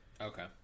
Okay